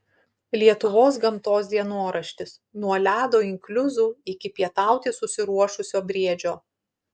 lietuvos gamtos dienoraštis nuo ledo inkliuzų iki pietauti susiruošusio briedžio